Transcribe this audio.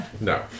No